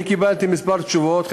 אני קיבלתי כמה תשובות.